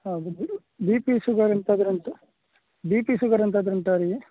ಅದು ಬಿಡಿ B P sugar ಎಂತಾದರು ಉಂಟಾ ಬಿ ಪಿ ಶುಗರ್ ಎಂತಾದರು ಉಂಟಾ ಅವರಿಗೆ